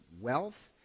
wealth